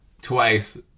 twice